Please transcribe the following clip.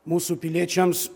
mūsų piliečiams